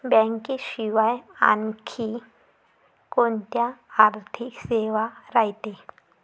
बँकेशिवाय आनखी कोंत्या आर्थिक सेवा रायते?